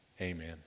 Amen